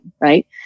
Right